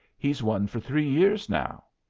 he's won for three years now.